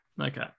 Okay